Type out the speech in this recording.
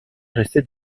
restait